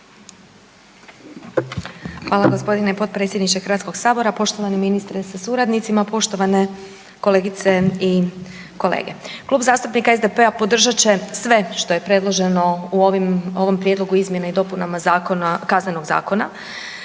Hvala g. potpredsjedniče HS-a, poštovani ministre sa suradnicima, poštovane kolegice i kolege. Klub zastupnika SDP-a podržat će sve što je predloženo u ovom Prijedlogu izmjene i dopunama Kaznenog zakona.